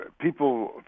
people